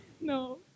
No